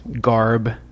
garb